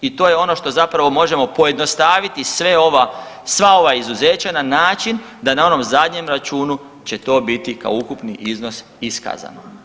I to je ono što zapravo možemo pojednostaviti sva ova izuzeća na način da na onom zadnjem računu će to biti kao ukupni iznos iskazano.